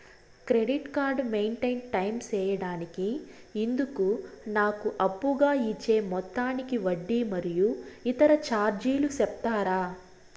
Credit card maintain time సేయడానికి ఇందుకు నాకు అప్పుగా ఇచ్చే మొత్తానికి వడ్డీ మరియు ఇతర చార్జీలు సెప్తారా?